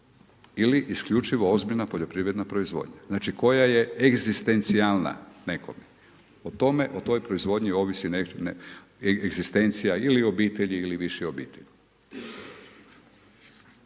ili isključivo ozbiljna poljoprivredna proizvodnja znači koja je egzistencijalna nekome. O tome, o toj proizvodnji ovisi egzistencija ili obitelji ili više obitelji.